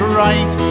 right